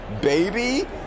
baby